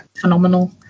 phenomenal